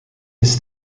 his